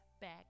back